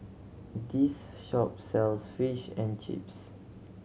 this shop sells Fish and Chips